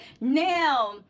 Now